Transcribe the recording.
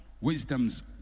Wisdom's